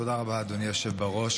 תודה רבה, אדוני היושב-ראש.